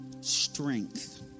Strength